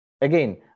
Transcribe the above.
again